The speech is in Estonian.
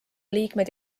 liikmed